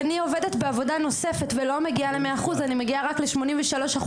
עובדת בעבודה נוספת ולא מגיע ל-100% אני מגיע רק ל-83%.